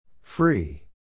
Free